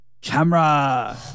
Camera